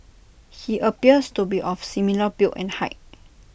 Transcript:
he appears to be of similar build and height